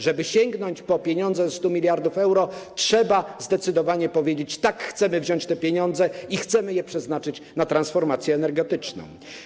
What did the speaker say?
Żeby sięgnąć po pieniądze, 100 mld euro, trzeba zdecydowanie powiedzieć: tak, chcemy wziąć te pieniądze i chcemy je przeznaczyć na transformację energetyczną.